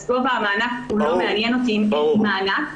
אז גובה המענק הוא לא מעניין אותי אם אין לי מענק.